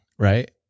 Right